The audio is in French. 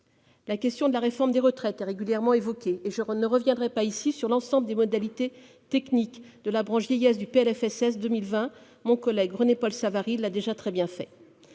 La question de la réforme des retraites est régulièrement évoquée et je ne reviendrai pas ici sur l'ensemble des modalités techniques de la branche vieillesse du PLFSS 2020- mon collègue René-Paul Savary l'a déjà très bien fait.